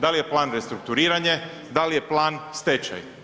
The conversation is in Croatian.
Da li je plan restrukturiranje, da li je plan stečaj?